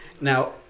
now